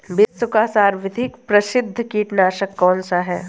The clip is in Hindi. विश्व का सर्वाधिक प्रसिद्ध कीटनाशक कौन सा है?